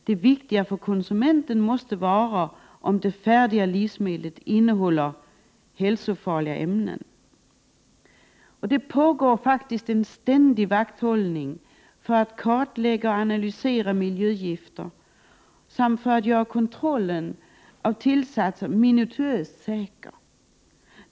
Det viktiga för konsumenten måste vara om det färdiga livsmedlet innehåller hälsofarliga ämnen eller inte. Det pågår en ständig vakthållning för att kartlägga och analysera miljögifter samt för att göra kontrollen av tillsatser minutiöst säker.